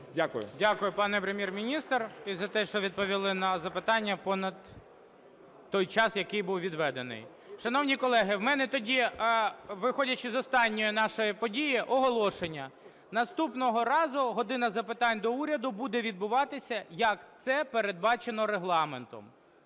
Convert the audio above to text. Дякую, пане Прем'єр-міністр і за те, що відповіли на запитання понад той час, який був відведений. Шановні колеги, в мене тоді, виходячи з останньої нашої події, оголошення. Наступного разу "година запитань до Уряду" буде відбуватися, як це передбачено Регламентом.